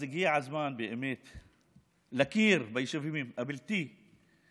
באמת הגיע הזמן להכיר ביישובים הבלתי-מוכרים.